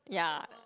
ya